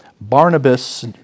Barnabas